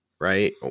right